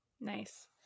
Nice